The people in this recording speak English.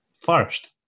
first